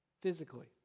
physically